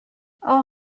all